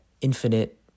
infinite